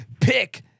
Pick